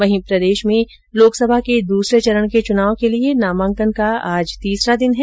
वहीं प्रदेश में लोकसभा के दूसरे चरण के चूनाव के लिए नामांकन का आज तीसरा दिन है